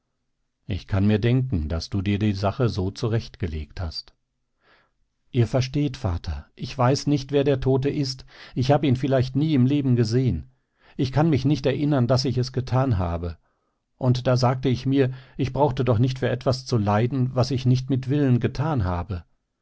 ich kann mir denken daß du dir die sache so zurechtgelegt hast ihr versteht vater ich weiß nicht wer der tote ist ich hab ihn vielleicht nie im leben gesehen ich kann mich nicht erinnern daß ich es getan habe und da sagte ich mir ich brauchte doch nicht für etwas zu leiden was ich nicht mit willen getan habe